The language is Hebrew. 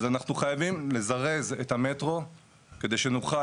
אז אנחנו חייבים לזרז את המטרו כדי שנוכל